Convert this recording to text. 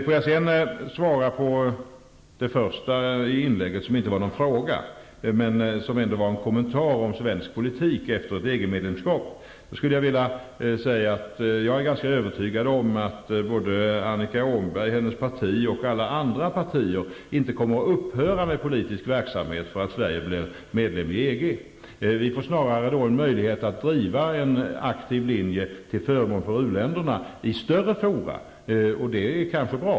Får jag sedan till kommentaren om svensk politik efter ett EG-medlemskap säga att jag är övertygad om att inte vare sig Annika Åhnberg, hennes parti eller några andra partier kommer att upphöra med politisk verksamhet därför att Sverige blir medlem i EG. Vi får då snarare möjlighet att i större fora driva en aktiv linje till förmån för u-länderna, och det är kanske bra.